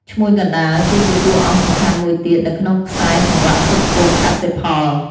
ឈ្មួញកណ្តាល គឺជាតួអង្គសំខាន់មួយទៀតនៅក្នុងខ្សែសង្វាក់ផ្គត់ផ្គង់កសិផល។